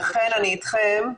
אכן אני איתכם.